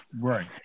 Right